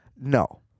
No